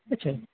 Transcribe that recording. ঠিক আছে